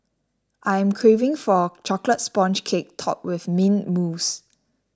I am craving for Chocolate Sponge Cake Topped with Mint Mousse